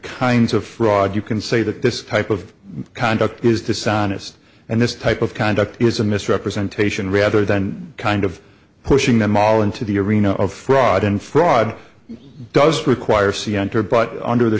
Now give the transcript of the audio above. kinds of fraud you can say that this type of conduct is dishonest and this type of conduct is a misrepresentation rather than kind of pushing them all into the arena of fraud and fraud does require sea enter but under the